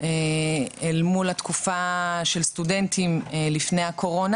צפופה אל מול התקופה של סטודנטים לפני הקורונה.